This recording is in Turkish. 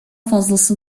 fazlası